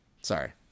Sorry